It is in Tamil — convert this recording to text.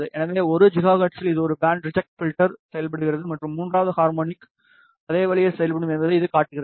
எனவே 1 ஜிகாஹெர்ட்ஸில் இது ஒரு பேண்ட் ரிஐட் ஃப்ல்டர் செயல்படுகிறது மற்றும் மூன்றாவது ஹார்மோனிக் அதே வழியில் செயல்படும் என்பதை இது காட்டுகிறது